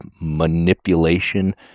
manipulation